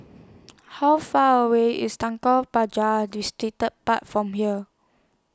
How Far away IS Pagar Distripark from here